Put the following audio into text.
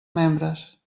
membres